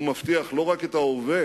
הוא מבטיח לא רק את ההווה,